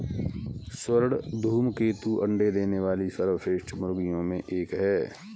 स्वर्ण धूमकेतु अंडे देने वाली सर्वश्रेष्ठ मुर्गियों में एक है